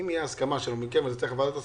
שאם תהיה הסכמה שלכם בוועדה,